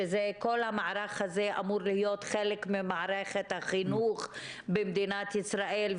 שכל המערך הזה אמור להיות חלק ממערכת החינוך במדינת ישראל,